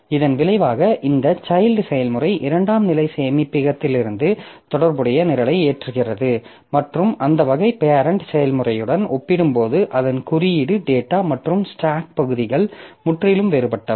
இதன் விளைவாக இந்த சைல்ட் செயல்முறை இரண்டாம் நிலை சேமிப்பகத்திலிருந்து தொடர்புடைய நிரலை ஏற்றுகிறது மற்றும் அந்த வகையில் பேரெண்ட் செயல்முறையுடன் ஒப்பிடும்போது அதன் குறியீடு டேட்டா மற்றும் ஸ்டாக் பகுதிகள் முற்றிலும் வேறுபட்டவை